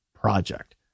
project